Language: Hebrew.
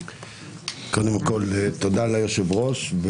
קודם כול, תודה ליושבי הראש.